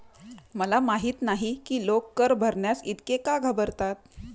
मला माहित नाही की लोक कर भरण्यास इतके का घाबरतात